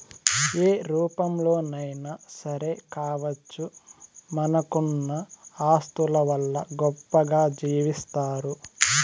ఏ రూపంలోనైనా సరే కావచ్చు మనకున్న ఆస్తుల వల్ల గొప్పగా జీవిస్తారు